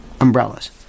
umbrellas